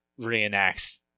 reenacts